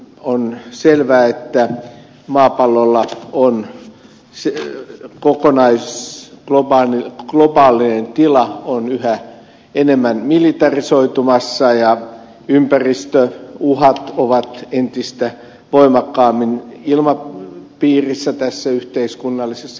on selvää että maapallolla on siellä kokonaiss lupaa nyt kokonaisglobaalinen tila on yhä enemmän militarisoitumassa ja ympäristöuhat ovat entistä voimakkaammin tässä yhteiskunnallisessa ilmapiirissä